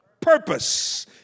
Purpose